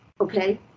Okay